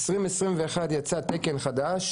וב-2021 יצא תקן חדש